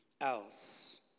else